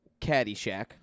Caddyshack